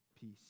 peace